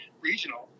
regional